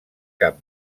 cap